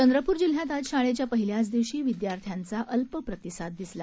चंद्रपूर जिल्ह्यात आज शाळेच्या पहिल्याच दिवशी विदयार्थ्यांचा अल्प प्रतिसाद दिसला